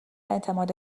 اعتماد